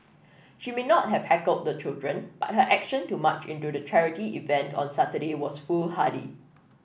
she may not have heckled the children but her action to march into the charity event on Saturday was foolhardy